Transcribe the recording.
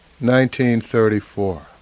1934